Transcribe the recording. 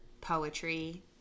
poetry